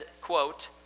quote